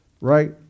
Right